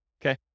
okay